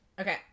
Okay